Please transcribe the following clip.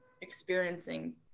experiencing